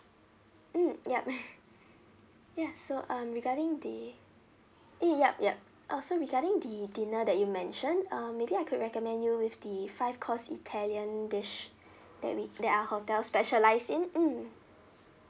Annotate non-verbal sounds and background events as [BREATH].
mm ya [LAUGHS] ya so um regarding the eh ya ya also regarding the dinner that you mentioned uh maybe I could recommend you with the five course italian dish [BREATH] that we that our hotel specialise in mm